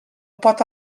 pot